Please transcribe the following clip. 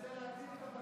אני מנסה להציל את המצב.